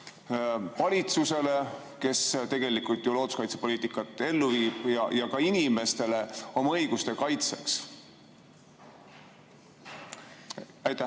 valitsusele, kes tegelikult looduskaitsepoliitikat ellu viib, ja ka inimestele oma õiguste kaitseks? Suur